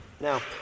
Now